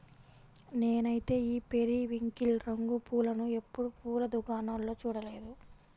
నేనైతే ఈ పెరివింకిల్ రంగు పూలను ఎప్పుడు పూల దుకాణాల్లో చూడలేదు